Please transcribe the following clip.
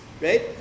Right